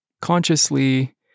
consciously